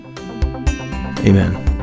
amen